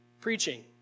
preaching